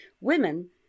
women